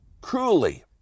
cruelly